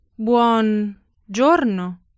Buongiorno